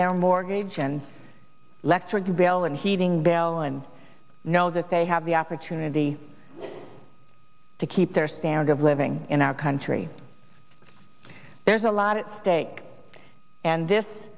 their mortgage and lectured bill and heating bill and know that they have the opportunity to keep their standard of living in our country there's a lot at stake and this